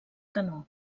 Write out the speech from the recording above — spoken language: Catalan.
canó